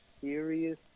serious